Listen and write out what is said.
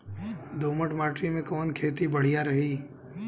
दोमट माटी में कवन खेती बढ़िया रही?